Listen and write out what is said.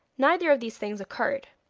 neither of these things occurred,